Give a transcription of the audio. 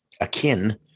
akin